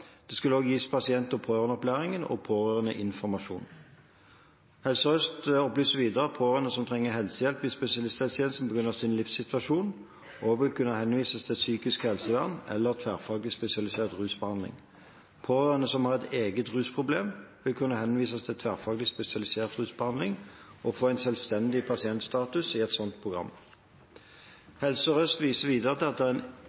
og pårørendeinformasjon. Helse Sør-Øst opplyser videre at pårørende som trenger helsehjelp i spesialisthelsetjenesten på grunn av sin livssituasjon, også vil kunne henvises til psykisk helsevern eller tverrfaglig spesialisert rusbehandling. Pårørende som har et eget rusproblem, vil kunne henvises til tverrfaglig spesialisert rusbehandling og få en selvstendig pasientstatus i et slikt program. Helse Sør-Øst viser videre til at det er egne ruspoliklinikker i Vestre Viken som er organisert som en